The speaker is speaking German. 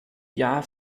jahr